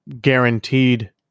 guaranteed